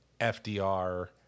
FDR